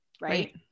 Right